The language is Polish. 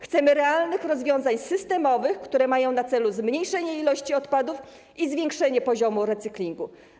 Chcemy realnych rozwiązań systemowych, które mają na celu zmniejszenie ilości odpadów i zwiększenie poziomu recyklingu.